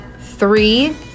Three